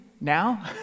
now